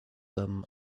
them